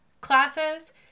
classes